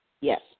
Yes